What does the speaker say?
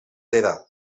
era